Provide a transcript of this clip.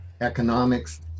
economics